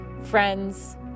friends